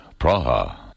Praha